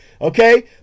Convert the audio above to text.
Okay